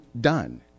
done